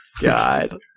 God